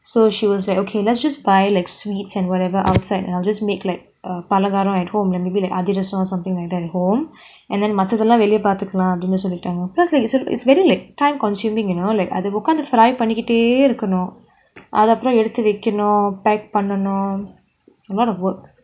so she was like okay let's just buy like sweets and whatever outside I'll just make like a palagaram at home then maybe like athirasam or something like that home and then மத்ததெல்லாம் வெளியே பாத்துக்கலாம் அப்டினு சொல்லிட்டாங்க:mathathellaam veliyae paathukalaam apdinu solitaanga because it's very like time consuming you know அது உட்காந்து:athu utkaanthu fry பண்ணிகிட்டே இருக்கனும் அது அப்புறம் எடுத்து வைக்கணும்:pannikite irukanum athu appuram eduthu vaikanum bake பண்ணனும்:pannanum a lot of work